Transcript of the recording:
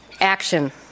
action